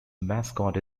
mascot